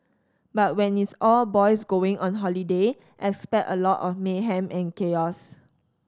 but when it's all boys going on holiday expect a lot of mayhem and chaos